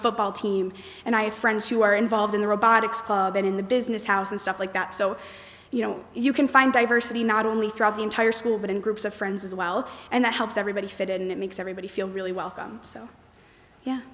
football team and i have friends who are involved in the robotics club and in the business house and stuff like that so you know you can find diversity not only throughout the entire school but in groups of friends as well and that helps everybody fit and it makes everybody feel really welcome so yeah